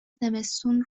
زمستون